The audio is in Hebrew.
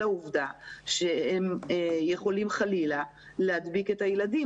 העובדה שהם יכולים חלילה להדביק את הילדים.